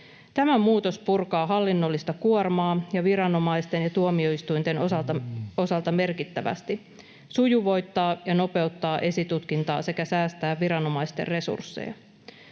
Tämä muutos purkaa hallinnollista kuormaa ja viranomaisten ja tuomioistuinten osalta merkittävästi sujuvoittaa ja nopeuttaa esitutkintaa sekä säästää viranomaisten resursseja.